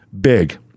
big